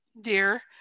dear